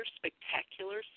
spectacular